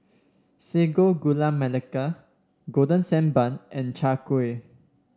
Sago Gula Melaka Golden Sand Bun and Chai Kueh